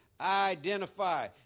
identify